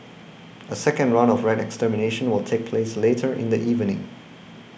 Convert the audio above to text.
a second round of rat extermination will take place later in the evening